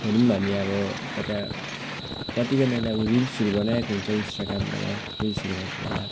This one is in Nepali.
हेर्यौँ भने अब यता कति जनाले अब रिल्सहरू बनाइरहेको हुन्छ इन्स्टाग्रामबाट रिल्सहरू गरेर